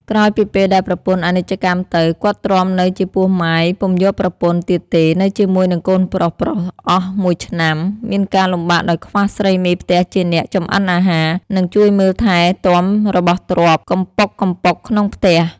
ក្រោយពីពេលដែលប្រពន្ធអនិច្ចកម្មទៅ គាត់ទ្រាំនៅជាពោះម៉ាយពុំយកប្រពន្ធ ទៀតទេ នៅជាមួយនឹងកូនប្រុសៗអស់១ឆ្នាំ មានការលំបាកដោយខ្វះស្រីមេផ្ទះជាអ្នក ចម្អិនអាហារ និងជួយមើលថែទាំរបស់ទ្រព្យកំប៊ុកកំប៉ុកក្នុងផ្ទះ។